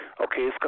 okay